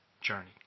journey